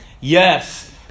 Yes